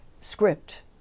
script